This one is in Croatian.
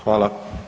Hvala.